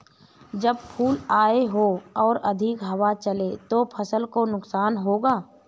जब फूल आए हों और अधिक हवा चले तो फसल को नुकसान होगा?